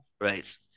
Right